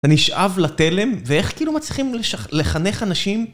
אתה נשאב לתלם. ואיך כאילו מצליחים לחנך אנשים?